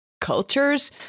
cultures